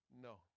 No